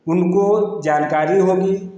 उनको जानकारी होगी